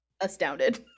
astounded